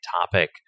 topic